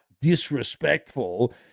disrespectful